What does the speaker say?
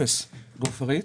אפס גופרית,